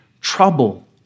trouble